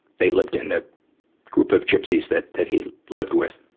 they lived in, the group of gypsies that, that he lived with.